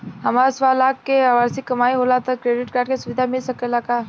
हमार सवालाख के वार्षिक कमाई होला त क्रेडिट कार्ड के सुविधा मिल सकेला का?